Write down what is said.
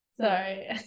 Sorry